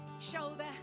shoulder